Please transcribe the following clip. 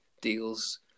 deals